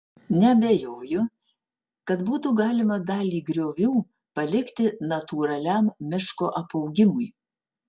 neabejoju kad būtų galima dalį griovių palikti natūraliam miško apaugimui